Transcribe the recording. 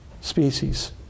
species